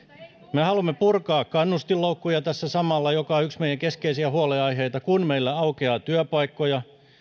me haluamme purkaa tässä samalla kannustinloukkuja jotka ovat yksi meidän keskeisiä huolenaiheitamme että kun meillä aukeaa työpaikkoja